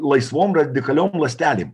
laisvom radikaliom ląstelėm